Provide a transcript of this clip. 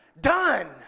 done